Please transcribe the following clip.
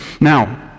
Now